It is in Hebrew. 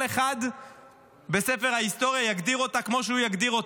כל אחד בספר ההיסטוריה יגדיר אותה כמו שהוא יגדיר אותה.